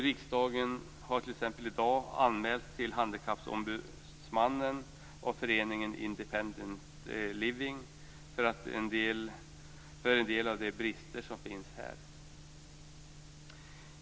Riksdagen har t.ex. i dag anmälts till Handikappombudsmannen av föreningen Independent Living Sverige för en del av de brister som finns här.